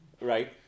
right